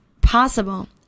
possible